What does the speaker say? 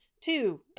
Two